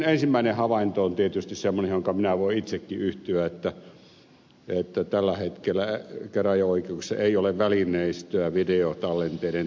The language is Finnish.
ensimmäinen havainto on tietysti semmoinen johon minä voin itsekin yhtyä että tällä hetkellä käräjäoikeuksissa ei ole välineistöä videotallenteiden tekemiseksi